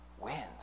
wins